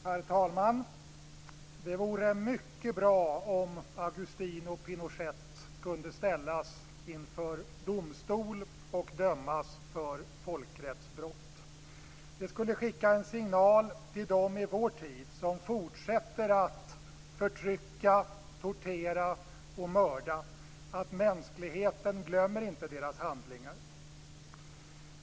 Herr talman! Det vore mycket bra om Augusto Pinochet kunde ställas inför domstol och dömas för folkrättsbrott. Det skulle skicka en signal till dem i vår tid som fortsätter att förtrycka, tortera och mörda att mänskligheten inte glömmer deras handlingar.